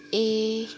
ए